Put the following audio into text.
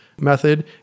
method